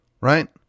right